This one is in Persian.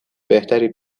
بهتری